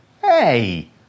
hey